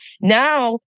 Now